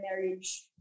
marriage